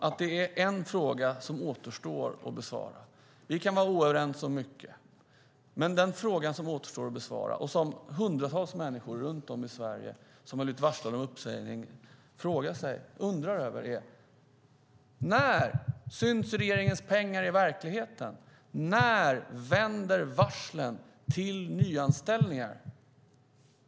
Vi kan vara oense om mycket. Men de frågor som återstår att besvara och som hundratals människor runt om i Sverige som har blivit varslade om uppsägning undrar över är: När syns regeringens pengar i verkligheten? När vänder varslen till nyanställningar?